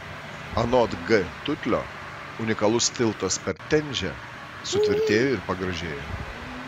anot g tutlio unikalus tiltas per tenžę sutvirtėjo ir pagražėjo